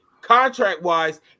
contract-wise